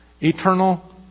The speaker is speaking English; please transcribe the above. eternal